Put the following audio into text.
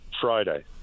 friday